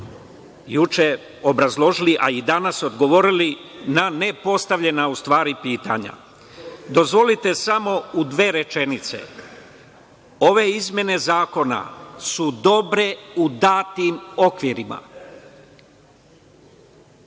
juče obrazložili, a i danas odgovorili na nepostavljena pitanja. Dozvolite samo u dve rečenice, ove izmene zakona su dobre u datim okvirima,